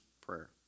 prayer